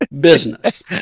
business